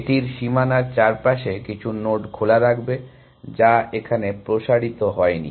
এটির সীমানার চারপাশে কিছু নোড খোলা রাখবে যা এখানে প্রসারিত হয়নি